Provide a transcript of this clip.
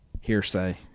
hearsay